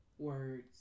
Words